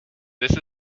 this